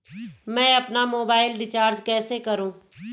मैं अपना mobile recharge कैसे करूँ?